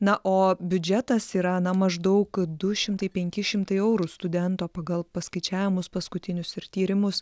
na o biudžetas yra na maždaug du šimtai penki šimtai eurų studento pagal paskaičiavimus paskutinius ir tyrimus